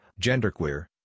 genderqueer